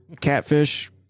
catfish